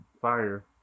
fire